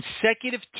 consecutive